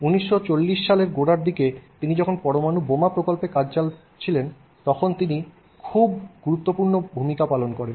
1940 সালের গোড়ার দিকে তিনি যখন পরমাণু বোমা প্রকল্পের কাজ চলছিল তখন তিনি খুব গুরুত্বপূর্ণ ভূমিকা পালন করেন